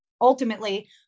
ultimately